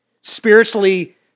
spiritually